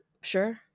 Sure